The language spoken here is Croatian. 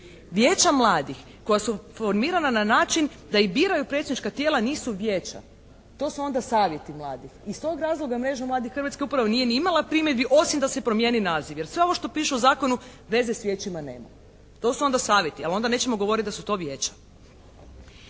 Vijeća mladih koja su formirana na način da ih biraju predstavnička tijela nisu vijeća. To su ona savjeti mladih. Iz tog razloga Mreža mladih Hrvatske upravo nije ni imala primjedbi osim da se promjeni naziv. Jer sve ovo što piše u zakonu veze s vijećima nema. To su ona savjeti. Ali onda nećemo govoriti da su to vijeća.